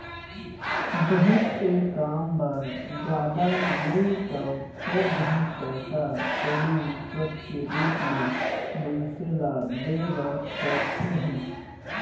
बहुत से काम बर जादा नइ तव थोर बहुत पइसा कउड़ी रिस्वत के रुप म मनसे ल देय बर परथे ही